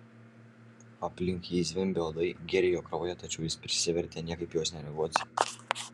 aplink jį zvimbė uodai gėrė jo kraują tačiau jis prisivertė niekaip į juos nereaguoti